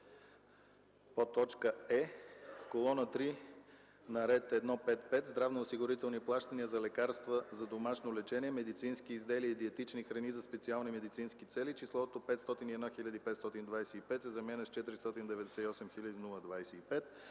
217 020”; е) в колона 3 на ред 1.5.5 „Здравноосигурителни плащания за лекарства за домашно лечение, медицински изделия и диетични храни за специални медицински цели” числото „501 525” се заменя с „498 025”;